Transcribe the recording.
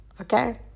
Okay